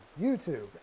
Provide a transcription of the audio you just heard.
youtube